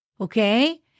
okay